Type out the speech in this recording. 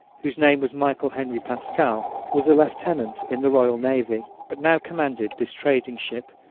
whose name was michael henry pascal, was a lieutenant in the royal navy, but now commanded this trading ship,